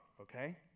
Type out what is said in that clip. okay